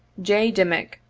j. dimick,